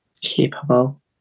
capable